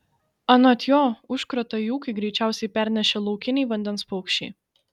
anot jo užkratą į ūkį greičiausiai pernešė laukiniai vandens paukščiai